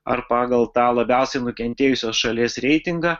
ar pagal tą labiausiai nukentėjusios šalies reitingą